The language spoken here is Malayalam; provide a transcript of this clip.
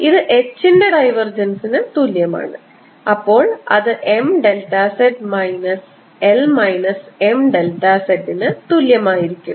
ഇത് H ന്റെ ഡൈവർജൻസിന് തുല്യമാണ് അപ്പോൾ അത് M delta z minus L minus M delta z ന് തുല്യമായിരിക്കും